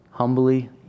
Humbly